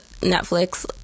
netflix